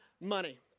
money